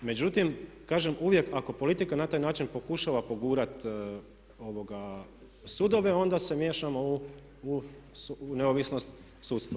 Međutim, kažem uvijek ako politika na taj način pokušava pogurati sudove onda se miješamo u neovisnost sudstva.